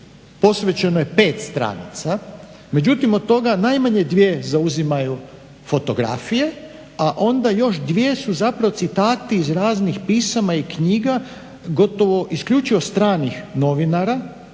posvećeno je 5 stranica, međutim od toga najmanje 2 zauzimaju fotografije, a onda još 2 su zapravo citati iz raznih pisama i knjiga gotovo isključivo stranih novinara